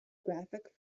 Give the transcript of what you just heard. graphic